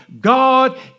God